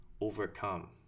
overcome